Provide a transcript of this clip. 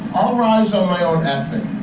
i'll rise on my own effort,